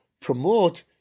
promote